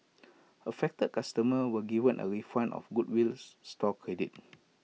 affected customer were given A refund and goodwill store credit